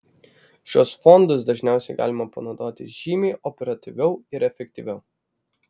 šiuos fondus dažniausiai galima panaudoti žymiai operatyviau ir efektyviau